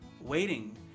waiting